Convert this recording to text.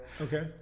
Okay